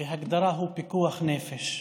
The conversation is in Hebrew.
בהגדרה, הוא פיקוח נפש.